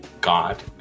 God